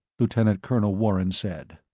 lieutenant colonel warren said.